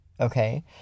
okay